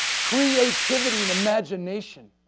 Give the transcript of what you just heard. creativity, and imagination.